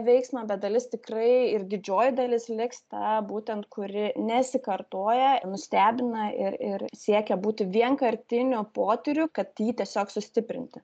veiksmą bet dalis tikrai ir didžioji dalis liks ta būtent kuri nesikartoja nustebina ir ir siekia būti vienkartiniu potyriu kad ji tiesiog sustiprinti